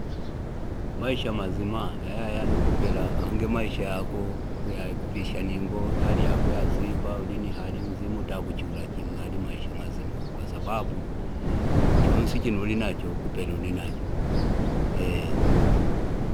Maisha mazima ayaya yanokupelekaenge maisha yakoukuyapisha ninga hali yak yazipa uli ni hali nzima utakuchula chimali maisha mazima kwasababu chansi chiulinacho kupeluli nacho eh.<